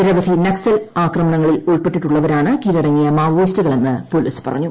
നിരവധി നക്സൽ ആക്രമണങ്ങളിൽ ഉൾപ്പെട്ടിട്ടുള്ളവരാണ് കീഴടങ്ങിയ മാവോയിസ്റ്റുകളെന്ന് പൊലീസ് പറഞ്ഞു